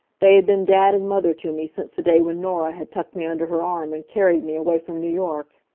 they had been dad and mother to me since the day when norah had tucked me under her arm and carried me away from new york.